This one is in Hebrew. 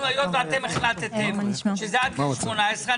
היות ואתם החלטתם שזה עד גיל 18,